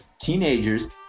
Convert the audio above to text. teenagers